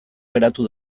geratu